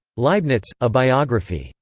leibniz a biography.